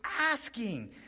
asking